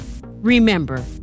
Remember